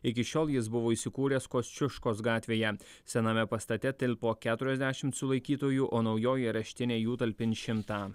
iki šiol jis buvo įsikūręs kosčiuškos gatvėje sename pastate tilpo keturiasdešim sulaikytųjų o naujoji areštinė jų talpins šimtą